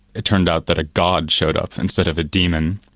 it turned out that a god showed up instead of a demon,